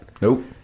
Nope